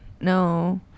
No